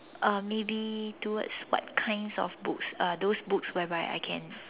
uh maybe towards what kinds of books uh those books whereby I can